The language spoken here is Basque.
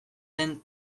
den